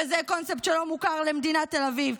כזה קונספט שלא מוכר למדינת תל אביב,